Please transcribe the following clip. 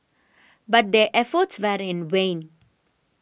but their efforts were in vain